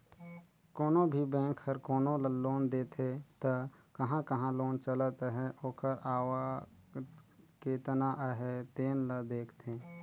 कोनो भी बेंक हर कोनो ल लोन देथे त कहां कहां लोन चलत अहे ओकर आवक केतना अहे तेन ल देखथे